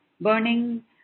Burning